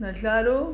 नज़ारो